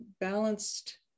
balanced